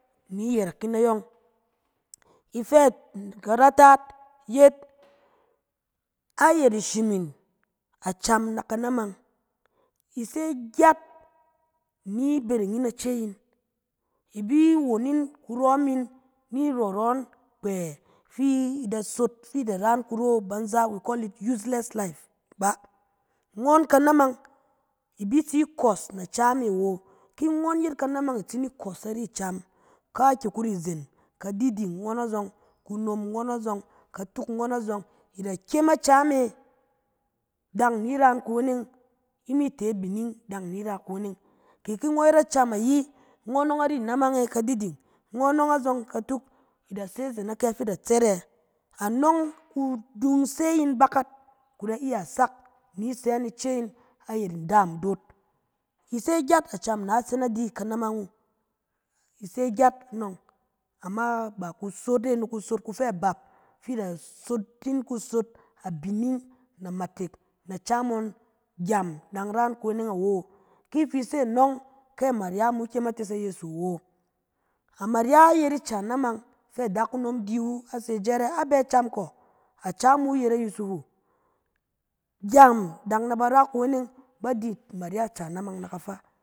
Ni yɛrɛk yin ayɔng. Ifɛ i-karataat yet, ayɛt ishim 'in, acam na kanamang, i se gyat ni bereng yin ace yin. I bi won yin kurɔm yin, ni rɔrɔ yin kpɛ fi i da sot, fi i da ra yin kuro banza, we call it useless life bà. Ngɔn kanamang, i bi tsi kɔs na cam e awo. Ki ngɔn yet kanamang, i tsi ni kɔs nari cam kaaki kuri zen, kadiding ngɔn azɔng, kunom ngɔn azɔng, katuk ngɔn azɔng, i da kyem acam e, dan ni i ra yin kuweneng, i mi te bining, dan ni i ra kuweneng kɛ ki ngɔn yet acam ayi, ngɔn ɔng ari namang e kadiding, ngɔn ɔng azɔng katuk, i da sɛ izen a kyɛ fi i da tsɛt e, anɔng ku dun se yin bakat, ku da iya sak ni sɛ yin ice yin ayɛt ndaam doot. I se gyat acam na tse na di kanamang wu, i se gyat anɔng, ama ba kusot e, ni kusot kufɛ bap, fi da sot yin kusot abining na matek na acam ngɔn gyem dan ra yin kuweneng awo. Ki fi se nɔng, ke amaryamu kyem a tes ayeso awo. amarya yet ica namang fɛ adakunom di wu, a se jɛrɛ, a bɛ cam kɔ! Acam wu yet ayusifu, gyem dan na ba ra kuweneng, ba di amarya ica namang na kafa.